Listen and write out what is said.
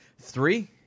Three